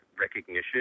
recognition